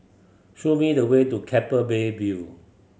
show me the way to Keppel Bay View